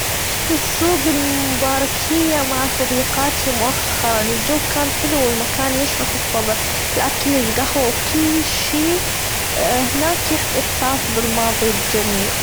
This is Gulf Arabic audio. روحت السوج المباركية مع صديقاتي مؤخرًا الجو كان حلو، والمكان يشرح الصدر الأكل الجهوة كل شي هناك يحت إحساس بالماظي الجميل.